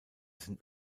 sind